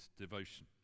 devotion